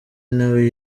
nawe